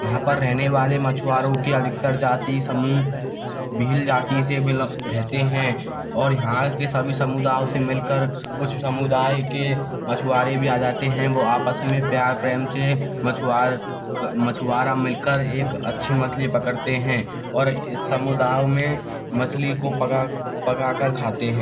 यहाँ पर रहने वाले मछुआरों की अधिकतर जाति समूह भील जाती से बलो रहते हैं और यहाँ के सभी समुदाय से मिलकर कुछ समुदाय के मछुवारे भी आ जाते हैं वह आपस में प्यार प्रेम से मछ्वार मछुआरा मिलकर एक अच्छी मछली पकरते हैं और समुदायों में मछली को पका पका कर खाते है